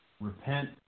Repent